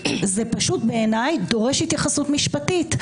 בעיניי, זה פשוט דורש התייחסות משפטית.